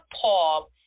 Paul